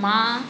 मां